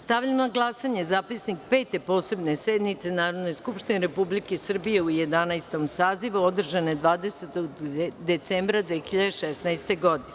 Stavljam na glasanje Zapisnik Pete posebne sednice Narodne skupštine Republike Srbije u Jedanaestom sazivu, održane 20. decembra 2016. godine.